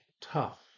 Tough